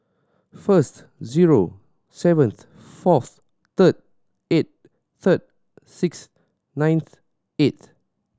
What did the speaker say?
first zero seventh fourth third eighth third sixth ninth eighth